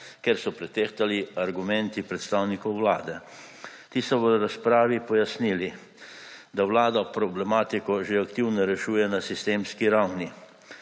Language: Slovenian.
ker so pretehtali argumenti predstavnikov Vlade. Ti so v razpravi pojasnili, da Vlada problematiko že aktivno rešuje na sistemski ravni.